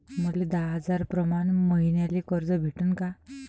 मले दहा हजार प्रमाण मईन्याले कर्ज भेटन का?